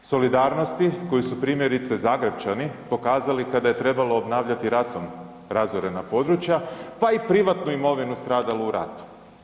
Solidarnosti koju su primjerice Zagrepčani pokazali kada je trebalo obnavljati ratom razorena područja, pa i privatnu imovinu stradalu u ratu.